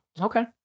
okay